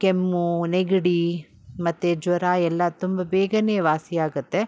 ಕೆಮ್ಮು ನೆಗಡಿ ಮತ್ತು ಜ್ವರ ಎಲ್ಲ ತುಂಬ ಬೇಗನೇ ವಾಸಿಯಾಗುತ್ತೆ